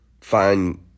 find